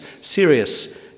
serious